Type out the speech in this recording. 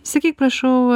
sakyk prašau